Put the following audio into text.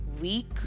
weak